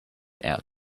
out